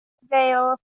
they’ll